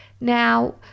Now